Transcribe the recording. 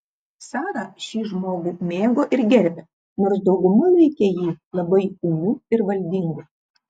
sara šį žmogų mėgo ir gerbė nors dauguma laikė jį labai ūmiu ir valdingu